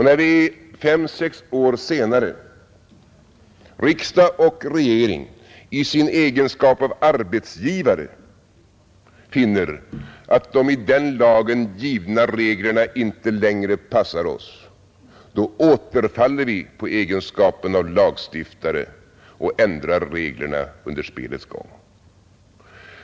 När fem—sex år senare riksdag och regering i sin egenskap av arbetsgivare finner att de i den lagen givna reglerna inte längre passar oss, då återfaller vi på egenskapen av lagstiftare och ändrar reglerna under spelets gång.